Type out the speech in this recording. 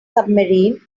submarine